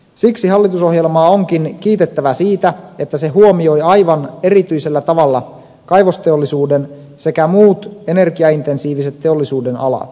siksi hallitusohjelmaa onkin kiitettävä siitä että se huomioi aivan erityisellä tavalla kaivosteollisuuden sekä muut energiaintensiiviset teollisuudenalat